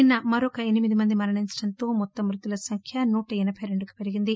నిన్న మరొక ఎనిమిది మంది మరణించడంతో మొత్తం మృతుల సంఖ్య నూట ఎనబై రెంటికి పెరిగింది